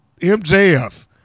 MJF